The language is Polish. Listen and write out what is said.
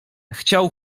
chciał